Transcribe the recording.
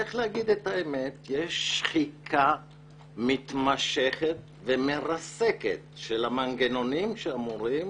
וצריך להגיד את האמת: יש שחיקה מתמשכת ומרסקת של המנגנונים שאמורים